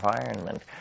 environment